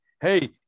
hey